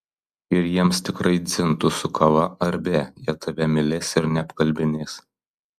ir jiems tikrai dzin tu su kava ar be jie tave mylės ir neapkalbinės